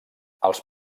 els